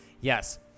Yes